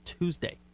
Tuesday